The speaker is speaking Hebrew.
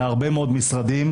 בהרבה מאוד משרדים,